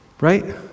right